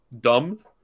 dumb